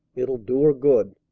it'll do her good.